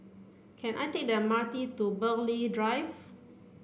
can I take the M R T to Burghley Drive